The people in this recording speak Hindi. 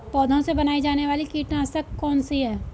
पौधों से बनाई जाने वाली कीटनाशक कौन सी है?